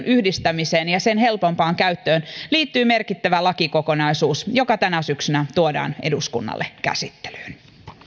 yhdistämiseen ja sen helpompaan käyttöön liittyy merkittävä lakikokonaisuus joka tänä syksynä tuodaan eduskunnalle käsittelyyn